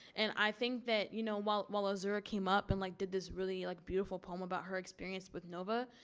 and i think that you know while while ah zahara came up and like did this really like beautiful poem about her experience with nova.